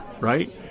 right